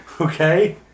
Okay